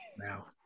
now